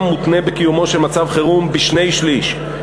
מותנה בקיומו של מצב חירום בשני-שלישים,